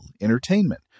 entertainment